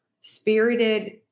spirited